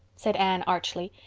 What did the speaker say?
said anne archly.